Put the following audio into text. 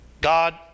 God